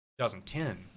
2010